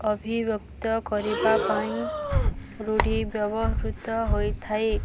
ଅଭିବ୍ୟକ୍ତ କରିବା ପାଇଁ ରୂଢ଼ି ବ୍ୟବହୃତ ହୋଇଥାଏ